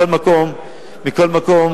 מכל מקום,